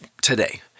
today